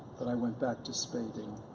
but i went back to spading.